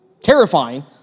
terrifying